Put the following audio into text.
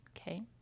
Okay